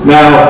Now